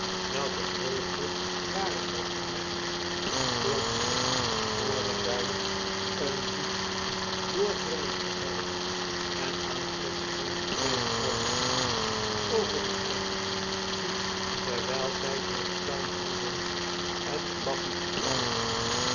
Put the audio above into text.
welke vreugde ware dat voor mg plotseling hoorden wg een diep doordringend gehuii en aanstonds sprongen twee roote honden over de heining die terwgl zg door den tuin holden het blaffend geluid